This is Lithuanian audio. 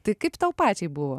tai kaip tau pačiai buvo